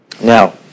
Now